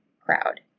crowd